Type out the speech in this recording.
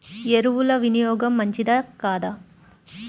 ఎరువుల వినియోగం మంచిదా కాదా?